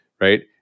right